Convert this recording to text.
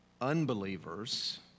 unbelievers